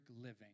living